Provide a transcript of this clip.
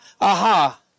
aha